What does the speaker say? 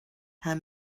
her